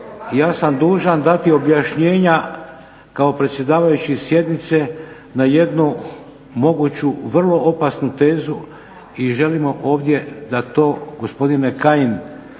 zato sam dužan dati objašnjenja kao predsjedavajući sjednice na jednu moguću vrlo opasnu tezu i želimo ovdje da to gospodine Kajin,